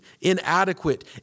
inadequate